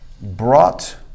brought